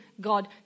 God